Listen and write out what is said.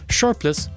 Sharpless